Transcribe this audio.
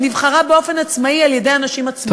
נבחרה באופן עצמאי על-ידי אנשים עצמאיים,